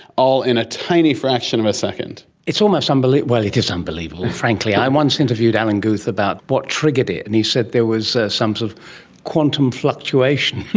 all in a tiny fraction of a second. it's almost unbelievable, well, it is unbelievable, frankly. i once interviewed alan guth about what triggered it, and he said there was some sort of quantum fluctuation.